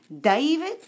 David